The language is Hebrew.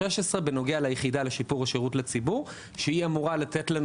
2016 בנוגע ליחידה לשיפור השירות לציבור שהיא אמורה לתת לנו